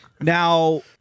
Now